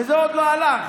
וזה עוד לא הלך.